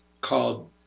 called